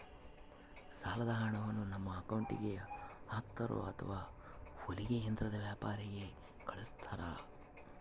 ಸಾಲದ ಹಣವನ್ನು ನಮ್ಮ ಅಕೌಂಟಿಗೆ ಹಾಕ್ತಿರೋ ಅಥವಾ ಹೊಲಿಗೆ ಯಂತ್ರದ ವ್ಯಾಪಾರಿಗೆ ಕಳಿಸ್ತಿರಾ?